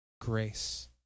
grace